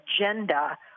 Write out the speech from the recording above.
agenda